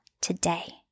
today